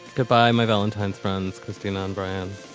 goodbye, my valentine's friends. christine um abraham.